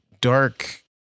dark